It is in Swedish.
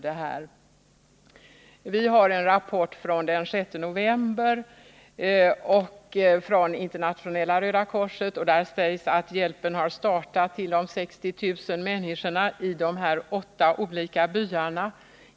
Vi har fått en rapport från Internationella röda korset, daterad den 6 november, där det sägs att hjälpen till de 60 000 människorna i de åtta olika byarna har startat.